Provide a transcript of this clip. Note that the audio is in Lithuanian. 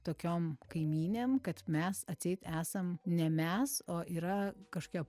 tokiom kaimynėm kad mes atseit esam ne mes o yra kažką